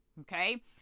Okay